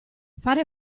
fare